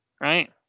right